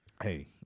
Hey